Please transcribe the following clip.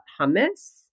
hummus